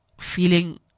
Feeling